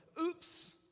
oops